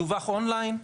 מדווח און ליין.